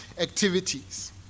activities